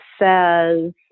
says